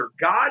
God